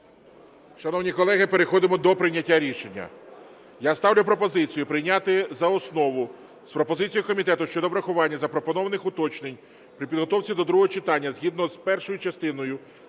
Шановні колеги, переходимо до прийняття рішення. Я ставлю пропозицію прийняти за основу з пропозицією комітету щодо врахування запропонованих уточнень при підготовці до другого читання згідно з першою частиною